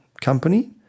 company